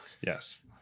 Yes